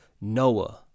Noah